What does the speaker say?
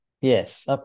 yes